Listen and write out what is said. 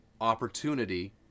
opportunity